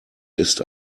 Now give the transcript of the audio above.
ist